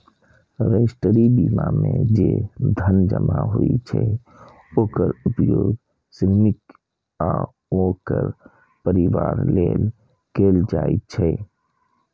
राष्ट्रीय बीमा मे जे धन जमा होइ छै, ओकर उपयोग श्रमिक आ ओकर परिवार लेल कैल जाइ छै